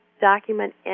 document